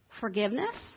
forgiveness